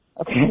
Okay